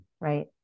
right